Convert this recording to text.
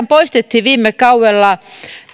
poistettiin viime kaudella